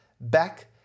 back